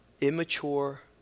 immature